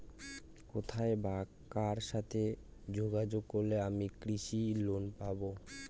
কোথায় বা কার সাথে যোগাযোগ করলে আমি কৃষি লোন পাব?